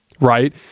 right